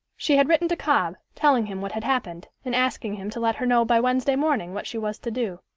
she had written to cobb, telling him what had happened, and asking him to let her know by wednesday morning what she was to do.